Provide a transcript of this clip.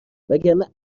وگرنه